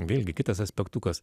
vėlgi kitas aspektukas